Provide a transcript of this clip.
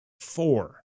four